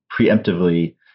preemptively